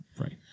Right